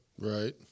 Right